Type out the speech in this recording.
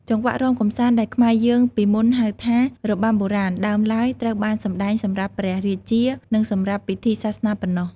ចង្វាក់រាំកម្សាន្តដែលខ្មែរយើងពីមុនហៅថា របាំបុរាណ ដើមឡើយត្រូវបានសម្តែងសម្រាប់តែព្រះរាជា និងសម្រាប់ពិធីសាសនាប៉ុណ្ណោះ។